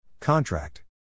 Contract